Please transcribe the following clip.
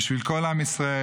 בשביל כל עם ישראל,